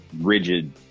rigid